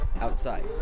Outside